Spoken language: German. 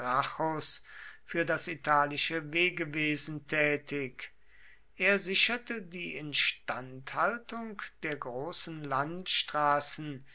für das italische wegewesen tätig er sicherte die instandhaltung der großen landstraßen